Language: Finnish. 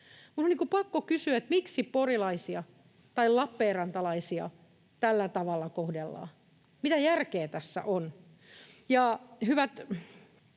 Minun on pakko kysyä, miksi porilaisia tai lappeenrantalaisia tällä tavalla kohdellaan. Mitä järkeä tässä on?